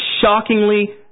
shockingly